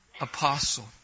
apostle